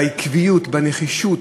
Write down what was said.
בעקביות, בנחישות,